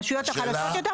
הרשויות החלשות יותר,